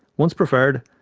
once proffered,